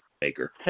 maker